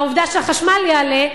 והעובדה שמחיר החשמל יעלה,